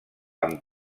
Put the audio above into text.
amb